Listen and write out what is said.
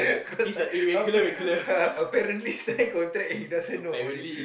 appa~ apparently sign contract and he doesn't know about it